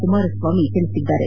ಕುಮಾರಸ್ವಾಮಿ ಹೇಳಿದ್ದಾರೆ